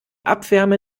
abwärme